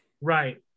right